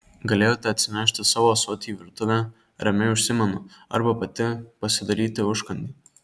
galėjote atsinešti savo ąsotį į virtuvę ramiai užsimenu arba pati pasidaryti užkandį